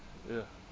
ya